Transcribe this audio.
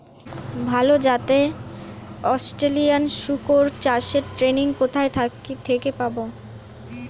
ভালো জাতে অস্ট্রেলিয়ান শুকর চাষের ট্রেনিং কোথা থেকে পাব?